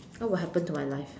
what would happen to my life